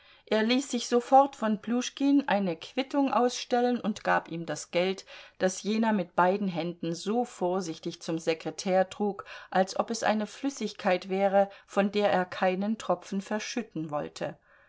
er ließ sich sofort von pljuschkin eine quittung ausstellen und gab ihm das geld das jener mit beiden händen so vorsichtig zum sekretär trug als ob es eine flüssigkeit wäre von der er keinen tropfen verschütten wollte